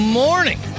morning